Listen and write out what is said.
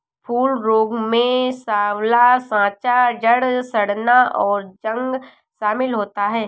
फूल रोग में साँवला साँचा, जड़ सड़ना, और जंग शमिल होता है